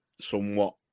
somewhat